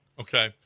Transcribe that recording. Okay